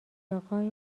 اقای